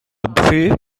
brut